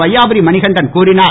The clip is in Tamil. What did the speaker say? வையாபுரி மணிகண்டன் கூறினார்